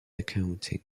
accounting